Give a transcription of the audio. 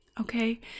okay